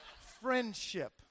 Friendship